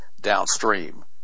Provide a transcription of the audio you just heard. downstream